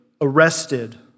arrested